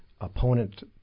opponent